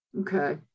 Okay